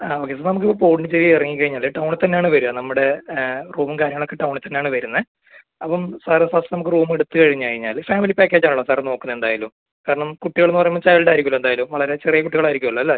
ആ മതി നമുക്ക് പോണ്ടിച്ചേരി ഇറങ്ങി കഴിഞ്ഞാൽ ടൗണ് തന്നെയാണ് വരിക നമ്മുടെ റൂമും കാര്യങ്ങളൊക്കെ ടൗണ് തന്നെയാണ് വരുന്നത് അപ്പം സാറ് ഫസ്റ്റ് നമുക്ക് റൂമ് എടുത്ത് കഴിഞ്ഞ് കഴിഞ്ഞാൽ ഫാമിലി പാക്കേജ് ആണല്ലോ സാറ് നോക്കുന്നത് എന്തായാലും കാരണം കുട്ടികളെന്ന് പറയുമ്പോൾ ചൈൽഡ് ആയിരിക്കുമല്ലോ എന്തായാലും വളരെ ചെറിയ കുട്ടികൾ ആയിരിക്കുമല്ലോ അല്ലേ